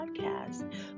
podcast